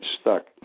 stuck